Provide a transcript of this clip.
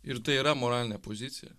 ir tai yra moralinė pozicija